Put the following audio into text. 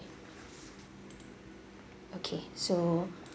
okay so